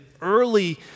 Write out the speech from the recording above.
early